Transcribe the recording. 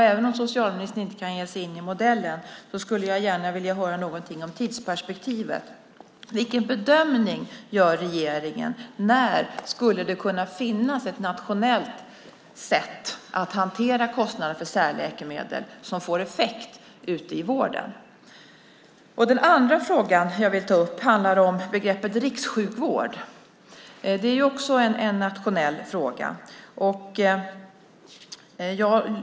Även om socialministern inte kan ge sig in i en diskussion om modellen skulle jag gärna vilja höra någonting om tidsperspektivet. Vilken bedömning gör regeringen, när skulle det kunna finnas ett nationellt sätt att hantera kostnaderna för särläkemedel som får effekt ute i vården? Den andra frågan jag vill ta upp handlar om begreppet rikssjukvård. Det är också en nationell fråga.